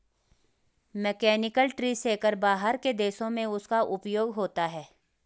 mechanical tree shaker बाहर के देशों में उसका उपयोग होता है